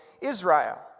Israel